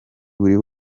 buri